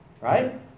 Right